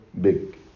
big